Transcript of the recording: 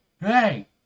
Hey